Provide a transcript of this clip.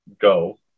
go